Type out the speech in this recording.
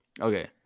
Okay